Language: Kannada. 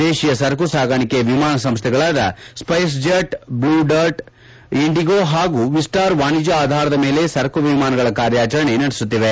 ದೇಶೀಯ ಸರಕು ಸಾಗಾಣಿಕೆ ವಿಮಾನ ಸಂಸ್ದೆಗಳಾದ ಸ್ವೈಸ್ ಜೆಟ್ ಬ್ಲೂದರ್ಟ್ ಇಂಡಿಗೋ ಹಾಗೂ ವಿಸ್ವಾರ ವಾಣಿಜ್ಯ ಆಧಾರದ ಮೇಲೆ ಸರಕು ವಿಮಾನಗಳ ಕಾರ್ಯಾಚರಣೆ ನಡೆಸುತ್ತಿವೆ